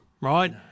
right